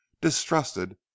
distrusted